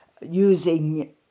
using